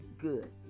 good